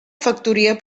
factoria